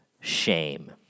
shame